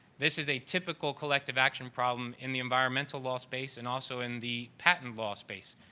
this is a typical collective action problem in the environmental law space and also in the patent law space.